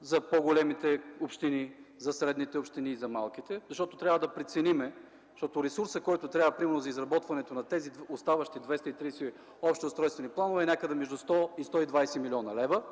за по-големите общини, за средните общини и за малките, защото трябва да преценим – ресурсът, примерно за изработването на тези оставащи 230 общи устройствени планове, е някъде между 100 и 120 млн. лева.